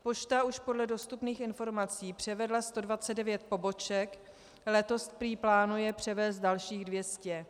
Pošta už podle dostupných informací převedla 129 poboček, letos prý plánuje převést dalších 200.